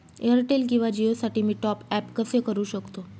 Airtel किंवा जिओसाठी मी टॉप ॲप कसे करु शकतो?